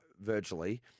virtually